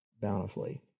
bountifully